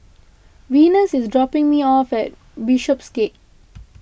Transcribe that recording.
Venus is dropping me off at Bishopsgate